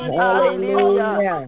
hallelujah